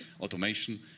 automation